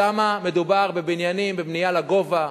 שם מדובר בבניינים, בבנייה לגובה,